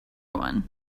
one